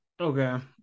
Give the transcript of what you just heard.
Okay